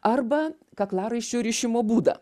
arba kaklaraiščių rišimo būdą